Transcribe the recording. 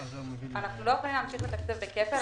אנחנו לא יכולים להמשיך לתקצב בכפל.